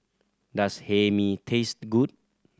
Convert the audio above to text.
does Hae Mee taste good